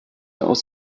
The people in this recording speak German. aus